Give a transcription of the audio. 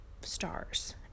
stars